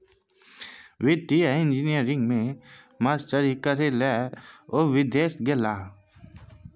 वित्तीय इंजीनियरिंग मे मास्टरी करय लए ओ विदेश गेलाह